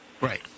Right